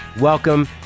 welcome